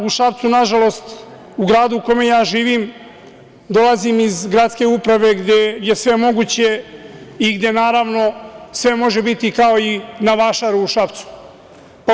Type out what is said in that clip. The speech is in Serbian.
U Šapcu, nažalost, u gradu u kome živim, dolazim iz gradske uprave gde je sve moguće i gde sve može biti kao na vašaru u Šapcu.